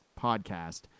podcast